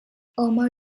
omar